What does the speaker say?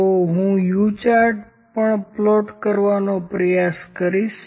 તો હું U chart પણ પ્લોટ કરવાનો પ્રયાસ કરીશ